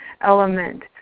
element